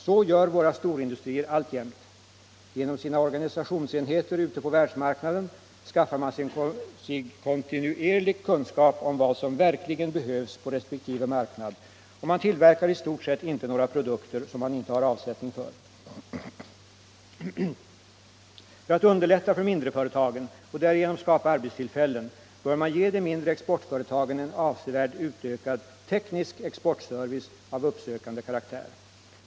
Så gör våra storindustrier alltjämt. Genom sina organisationsenheter ute på världsmarknaden skaffar man sig kontinuerligt kunskap om vad som verkligen behövs på resp. marknad, och man tillverkar i stort sett inte några produkter som man inte har avsättning för. För att underlätta för mindreföretagen — och därigenom skapa arbetstillfällen — bör man ge de mindre exportföretagen en avsevärt utökad teknisk exportservice av uppsökande karaktär.